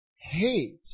Hate